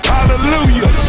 Hallelujah